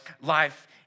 life